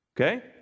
okay